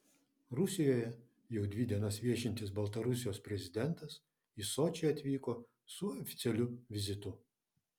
rusijoje jau dvi dienas viešintis baltarusijos prezidentas į sočį atvyko su oficialiu vizitu